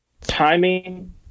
timing